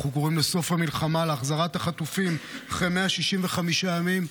ואנחנו קוראים לסוף המלחמה ולהחזרת החטופים אחרי 165 ימים,